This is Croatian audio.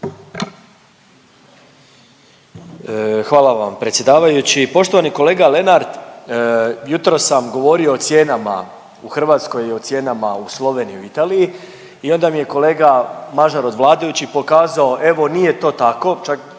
Hvala vam predsjedavajući. Poštovani kolega Lenart, jutros sam govorio o cijenama u Hrvatskoj i o cijenama u Sloveniji i Italiji i onda mi je kolega Mažar od vladajućih pokazao evo nije to tako, čak